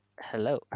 hello